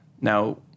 Now